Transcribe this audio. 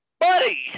Buddy